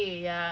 oh you look at